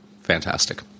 Fantastic